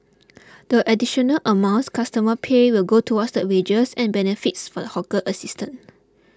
the additional amounts customers pay will go towards the wages and benefits for the hawker assistant